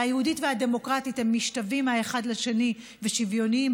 והיהודית והדמוקרטית הם משתווים האחד לשני ושוויוניים,